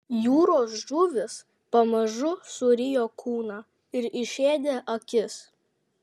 jūros žuvys pamažu surijo kūną ir išėdė akis